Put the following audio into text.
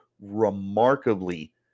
remarkably